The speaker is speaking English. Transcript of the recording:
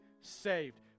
saved